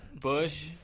bush